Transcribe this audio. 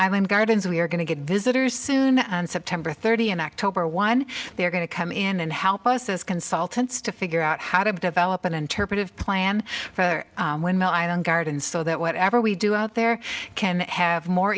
when gardens we are going to get visitors soon and september thirty in october one they are going to come in and help us as consultants to figure out how to develop an interpretive plan for windmill i don't garden so that whatever we do out there can have more